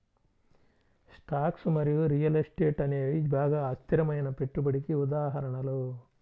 stocks మరియు real estate అనేవి బాగా అస్థిరమైన పెట్టుబడికి ఉదాహరణలు